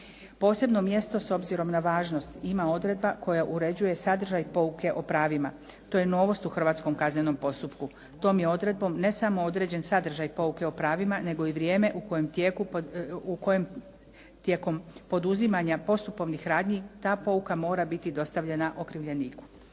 Posebno mjesto s obzirom na važnost ima odredba koja uređuje sadržaj pouke o pravima. To je novost u hrvatskom kaznenom postupku. Tom je odredbom ne samo određen sadržaj pouke o pravima nego i vrijeme u kojem tijekom poduzimanja postupovnih radnji ta pouka mora biti dostavljena okrivljeniku.